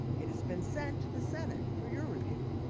it has been sent to the senate for your review.